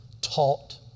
taught